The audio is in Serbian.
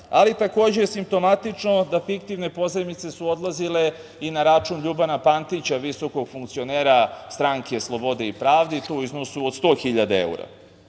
da je simptomatično da fiktivne pozajmice su odlazile i na račun Ljubana Pantića, visokog funkcionera Stranke slobode i pravde i to u iznosu od 100.000 evra.